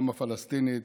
גם הפלסטינית